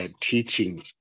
teaching